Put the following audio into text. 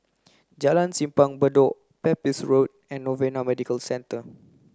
Jalan Simpang Bedok Pepys Road and Novena Medical Centre